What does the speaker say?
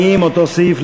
סעיף 40, ל-2013,